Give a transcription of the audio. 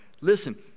listen